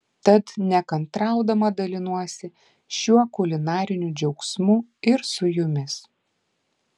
tad nekantraudama dalinuosi šiuo kulinariniu džiaugsmu ir su jumis